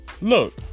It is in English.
look